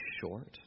short